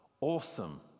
awesome